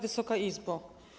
Wysoka Izbo!